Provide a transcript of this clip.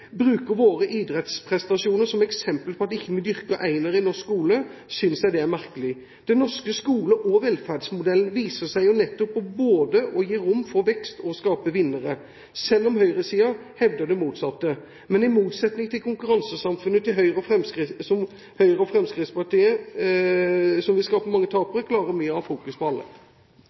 bruke idrettsprestasjoner som eksempel på at vi ikke dyrker enere i norsk skole, synes jeg det er merkelig. Den norske skole- og velferdsmodellen viser seg jo nettopp både å gi rom for vekst og å skape vinnere, selv om høyresiden hevder det motsatte. Men i motsetning til konkurransesamfunnet til Høyre og Fremskrittspartiet, som vil skape mange tapere, klarer vi å ha fokus på alle.